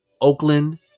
Oakland